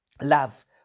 love